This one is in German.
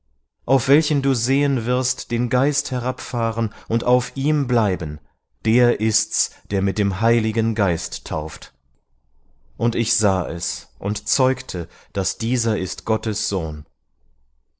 auf welchen du sehen wirst den geist herabfahren und auf ihm bleiben der ist's der mit dem heiligen geist tauft und ich sah es und zeugte daß dieser ist gottes sohn